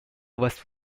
was